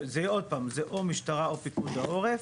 עוד פעם, זה או משטרה או פיקוד העורף,